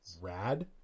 Rad